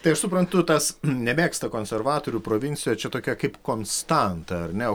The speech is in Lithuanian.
tai aš suprantu tas nemėgsta konservatorių provincijoj čia tokia kaip konstanta ar ne